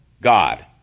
God